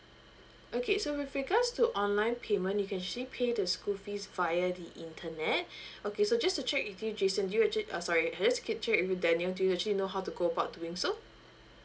okay so with regards to online payment you can actually pay the school fees via the internet okay so just to check with you jason do you actually uh sorry just ki~ check with you daniel do you actually know how to go about doing so